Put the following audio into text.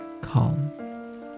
calm